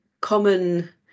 common